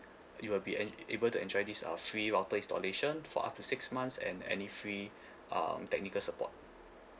you will be able to enjoy this uh free router installation for up to six months and any free uh technical support